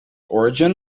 origin